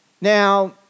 Now